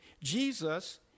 Jesus